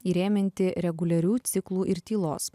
įrėminti reguliarių ciklų ir tylos